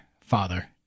father